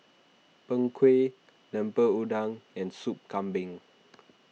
Png Kueh Lemper Udang and Soup Kambing